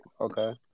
Okay